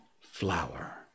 flower